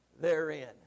therein